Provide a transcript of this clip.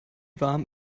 warm